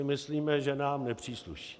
Myslíme si, že nám nepřísluší.